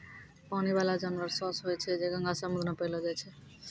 पानी बाला जानवर सोस होय छै जे गंगा, समुन्द्र मे पैलो जाय छै